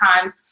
times